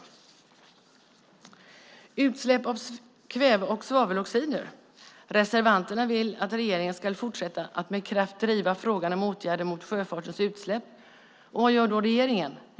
När det gäller utsläpp av kväve och svaveloxider vill reservanterna att regeringen fortsätter att med kraft driva frågan om åtgärder mot sjöfartens utsläpp. Vad gör då regeringen?